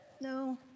No